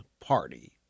party